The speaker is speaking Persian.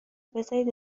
بذارید